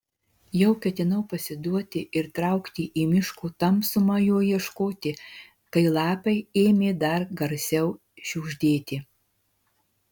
jau ketinau pasiduoti ir traukti į miško tamsumą jo ieškoti kai lapai ėmė dar garsiau šiugždėti